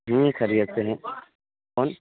جی خیریت سے ہیں کون